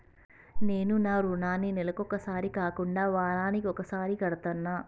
నేను నా రుణాన్ని నెలకొకసారి కాకుండా వారానికోసారి కడ్తన్నా